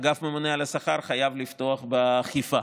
אגף הממונה על השכר חייב לפתוח באכיפה.